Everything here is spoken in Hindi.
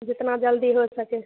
जितना जल्दी हो सके